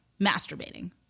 masturbating